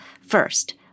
First